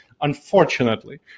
unfortunately